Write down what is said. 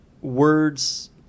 words